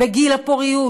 בגיל הפוריות,